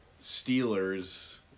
Steelers